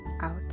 out